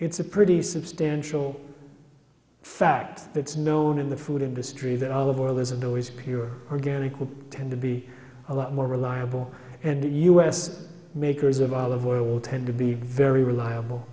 it's a pretty substantial fact that's known in the food industry that olive oil is and always pure organic will tend to be a lot more reliable and us makers of olive oil will tend to be very reliable